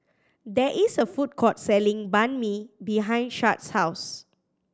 there is a food court selling Banh Mi behind Shad's house